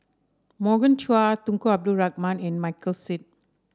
Morgan Chua Tunku Abdul Rahman and Michael Seet